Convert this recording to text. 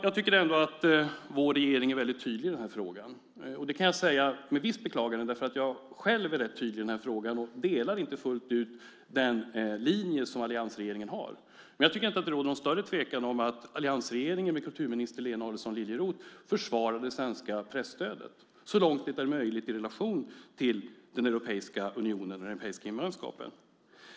Jag tycker ändå att vår regering är väldigt tydlig i den här frågan. Det kan jag säga med visst beklagande. Själv är jag ju rätt tydlig i frågan och instämmer inte fullt ut beträffande den linje som alliansregeringen har. Men jag tycker inte att det råder någon större tvekan om att alliansregeringen med kulturminister Lena Adelsohn Liljeroth så långt det är möjligt försvarar det svenska presstödet i relation till Europeiska unionen, till den europeiska gemenskapen.